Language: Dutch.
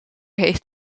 heeft